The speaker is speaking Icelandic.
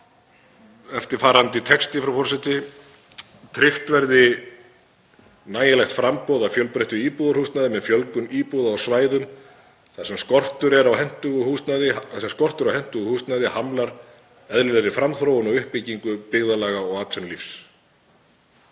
eftirfarandi texti, frú forseti: „Tryggt verði nægilegt framboð af fjölbreyttu íbúðarhúsnæði með fjölgun íbúða á svæðum þar sem skortur á hentugu húsnæði hamlar eðlilegri framþróun og uppbyggingu byggðarlaga og atvinnulífs.“